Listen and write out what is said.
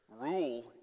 rule